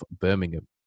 Birmingham